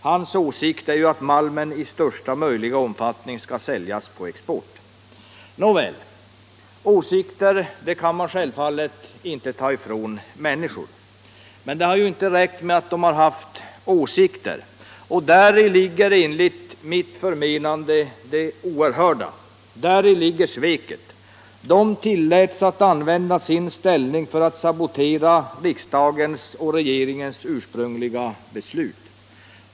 Hans åsikt är ju att malmen i största möjliga omfattning skall säljas på export. Nåväl! Åsikter kan man självfallet inte ta ifrån människor. Men det har ju inte räckt med att de haft åsikter. Och däri ligger enligt mitt förmenande det oerhörda. Däri ligger sveket. De tilläts använda sin ställning för att sabotera riksdagens och regeringens ursprungliga beslut.